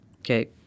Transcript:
Okay